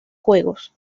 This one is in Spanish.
juegos